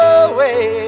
away